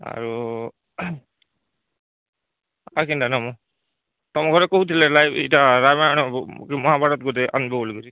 ଆଉ ଆଉ କେନ୍ତା ନବ ତମ ଘରେ କହୁଥିଲେ ନା ଏଟା ରାମାୟଣ ବୁ ମହାଭାରତ ଗୁଟେ ଆନବୁ କରି